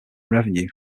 revenue